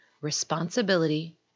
responsibility